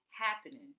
happening